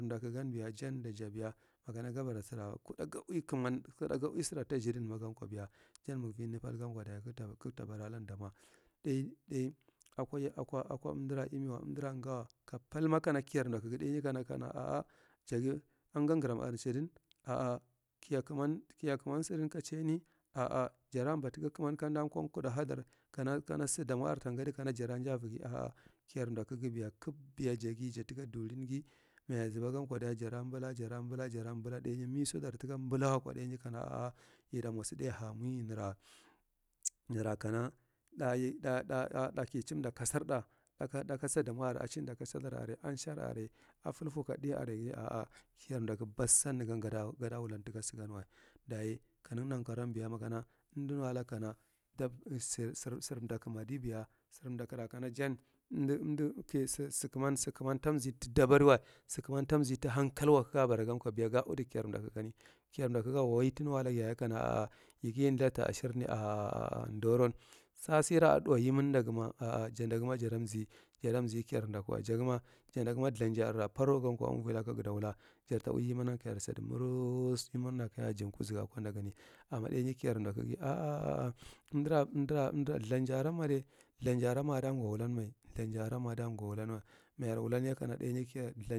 Mdakugan biya jandaja biya makana gabara sara kuɗa sa ui kaman, kuɗa ga ui sara ta tshidinma gankwa, biya jan magvini palgankwa. Dayi kagtbara alan damwa. ɗai, ɗai mth akwa yia, akwa, akwa, akwa amdara imiwa amdara ngaw kapalma kana kiyar mdakugi, ɗaiyi kana kana jagi anganggaran are nsadan, a’a kiya kaman kiya kama nsadan kaceni a’a jara mba taka kaman kanda nga kuɗa hadar kna, kana sadumwa are tangadir kana, kana sadumwa are fangadi kana jara njai aruga are, a’a kiyar mdakugi biya kab, biya jagi ja taka dulingi ma zabagankwa dayi jara mbala, jara mbala ɗaigimisodar taka mbalawakwa, ɗaigi kana ita mwa sa ɗai hamui nara mth nara kana ɗayit, ɗa, ɗa ki cimda ksarɗa ɗaka sadanmwa are a cimda kasarna dar are, ashar are afalfu kaɗi are, a’a kiyr mdaku bassan gada wula taka saganwa, dayi kanagi nankaron, makana amda nuwalaga kana dab sar, sar, sar mdakumadi biya sara kanhan amda, amda kasa bakaman, sakaman tamzini ta dabariwa, sakaman tamzini ta hankalwa kaga baragankwa biya ga uidi kiyar mdakigani, kiyar mdakugan wai tanu wulaga yaye, a’a yigi yinthadi ta shirni. A’a a ndoran sasira aɗuwa yimindagama, a’a janda sama, jada mzikiyar mdalluwa jagama jadumzi kiyar mdukuwa kiyar mdukuwa. Jagama, jandakuma lthanja arera prangankwa umvilaka gada wula jarta uiviminan kayar sadi marasa. Yimanna kana ja kuzagakwadam, amma ɗainya kayar mdakugage a’a amdara, amdara lthanji aran made, lthanji arama dungwa wulanme, lthanji aranma adungwa wulanwa. Mayu wulanye kana ɗaigi kaya.